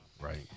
right